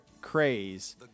craze